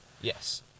Yes